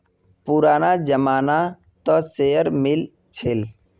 पुराना जमाना त शेयर मिल छील